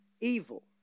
evil